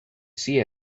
see